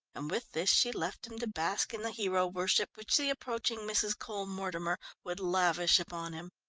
and with this she left him to bask in the hero-worship which the approaching mrs. cole-mortimer would lavish upon him.